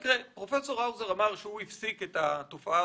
פרופסור האוזר אמר שהוא הפסיק את התופעה